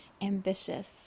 ambitious